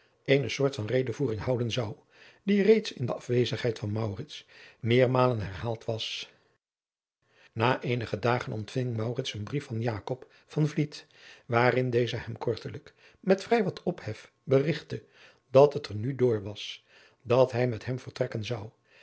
eene soort van redevoering houden zou die reeds in de afwezendheid van maurits meermalen herhaald was na eenige dagen ontving maurits een brief van jakob van vliet waarin deze hem kortelijk met vrij wat ophef berigtte dat het er nu door was dat hij met hem vertrekken zou